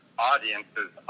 audiences